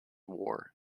war